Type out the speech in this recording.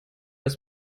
ist